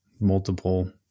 multiple